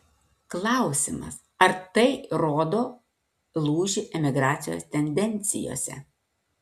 klausimas ar tai rodo lūžį emigracijos tendencijose